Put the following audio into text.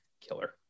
Killer